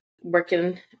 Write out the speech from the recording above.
working